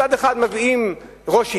מצד אחד מביאים ראש עיר,